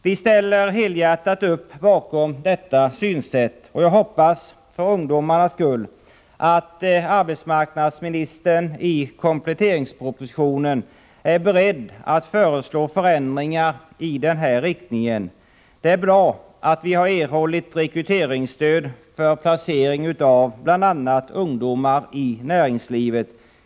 Vi ställer helhjärtat upp bakom detta synsätt, och jag hoppas — för ungdomarnas skull — att arbetsmarknadsministern i kompletteringspropositionen är beredd att föreslå förändringar i den här riktningen. Det är bra att vi erhåller rekryteringsstöd för placering av bl.a. ungdomar i näringslivet.